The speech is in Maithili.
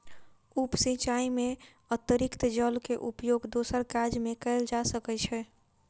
उप सिचाई में अतरिक्त जल के उपयोग दोसर काज में कयल जा सकै छै